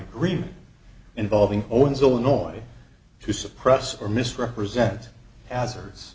agreement involving owens illinois to suppress or misrepresent hazards